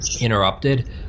interrupted